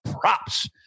props